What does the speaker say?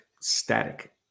static